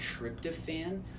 tryptophan